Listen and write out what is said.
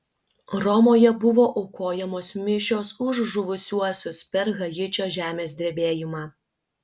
romoje buvo aukojamos mišios už žuvusiuosius per haičio žemės drebėjimą